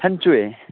ꯍꯟꯆꯨꯏ